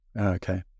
Okay